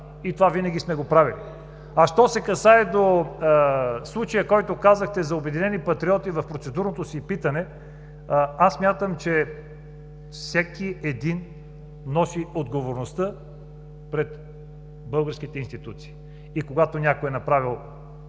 и това винаги сме го правили. Що се касае до случая, който казахте – за „Обединените патриоти“, в процедурното си питане, смятам, че всеки един носи отговорността пред българските институции, и когато някой е направил